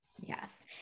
Yes